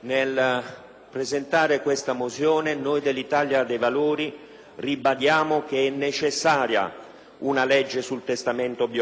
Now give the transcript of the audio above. nel presentare la mozione n. 88, il Gruppo dell'Italia dei Valori ribadisce che è necessaria una legge sul testamento biologico,